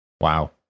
Wow